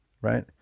right